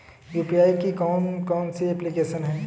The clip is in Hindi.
यू.पी.आई की कौन कौन सी एप्लिकेशन हैं?